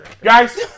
guys